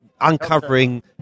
uncovering